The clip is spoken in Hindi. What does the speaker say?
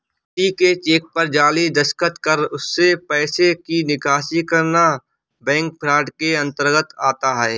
किसी के चेक पर जाली दस्तखत कर उससे पैसे की निकासी करना बैंक फ्रॉड के अंतर्गत आता है